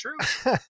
true